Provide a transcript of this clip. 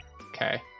Okay